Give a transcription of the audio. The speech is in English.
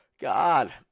God